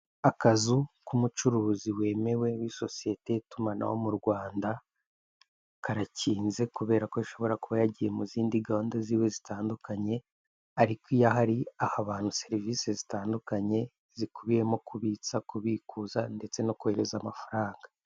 Akazu k'umucuruzi wemewe w'isosiyete y'itumanaho mu Rwanda karakinze kubera ko ashobora kuba yagiye mu zindi gahunda ziwe zitandukanye, ariko iyo ahari aha abantu serivise zikubiyemo kubitse kubikuza ndetse no kohereza amafaranga.